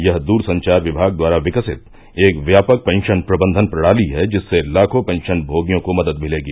यह दूरसंचार विभाग द्वारा विकसित एक व्यापक पेंशन प्रबंधन प्रणाली है जिससे लाखों पेंशन भोगियों को मदद मिलेगी